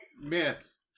Miss